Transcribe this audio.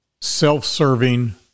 self-serving